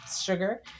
sugar